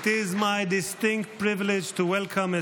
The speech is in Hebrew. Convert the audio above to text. ‏it is my distinct privilege to welcome a